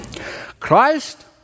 Christ